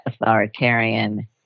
authoritarian